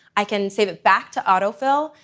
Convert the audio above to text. i can save it back to autofill,